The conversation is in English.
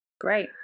Great